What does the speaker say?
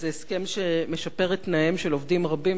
זה הסכם שמשפר את תנאיהם של עובדים רבים